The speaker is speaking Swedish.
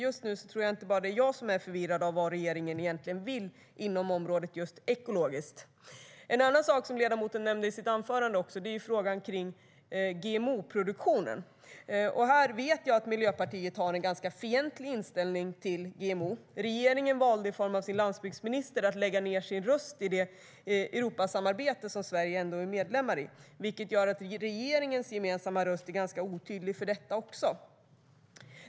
Just nu tror jag att det inte bara är jag som är förvirrad av vad regeringen egentligen vill inom området ekologisk produktion. En annan sak som ledamoten nämnde i sitt anförande är frågan om GMO-produktionen. Här vet jag att Miljöpartiet har en fientlig inställning till GMO. Regeringen valde i form av sin landsbygdsminister att lägga ned sin röst i det Europasamarbete som Sverige ändå är medlem i, vilket gör att regeringens gemensamma röst är otydlig även i denna fråga.